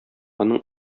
аның